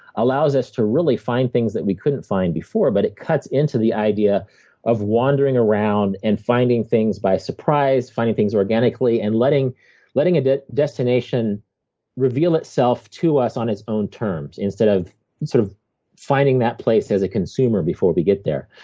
allow us to really find things that we couldn't find before, but it cuts into the idea of wandering around and finding things by surprise, finding things organically, and letting letting a destination reveal itself to us on its own terms, instead of sort of finding that place as a consumer before we get there.